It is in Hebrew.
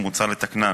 ומוצע לתקנן,